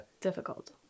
Difficult